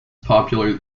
popular